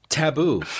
Taboo